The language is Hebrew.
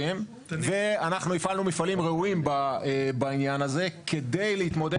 ואנחנו הפעלנו מפעלים ראויים בעניין הזה כדי להתמודד